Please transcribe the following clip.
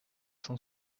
cent